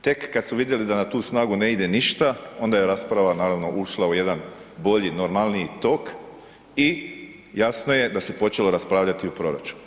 Tek kad su vidjeli da na tu snagu ne ide ništa, onda je rasprava naravno, ušla u jedan bolji normalniji tok i jasno je da se počelo raspravljati o proračunu.